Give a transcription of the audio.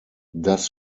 das